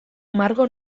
margo